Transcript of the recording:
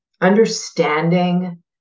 understanding